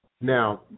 Now